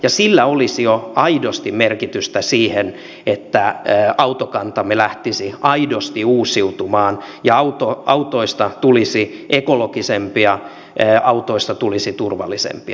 ja sillä olisi jo aidosti merkitystä siihen että autokantamme lähtisi aidosti uusiutumaan ja autoista tulisi ekologisempia autoista tulisi turvallisempia